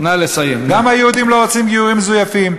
גם היהודים לא רוצים גיורים מזויפים,